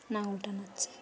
নাঙল টানাচ্ছে